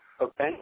okay